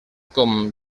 com